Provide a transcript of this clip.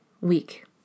week